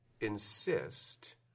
insist